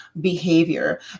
behavior